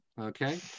okay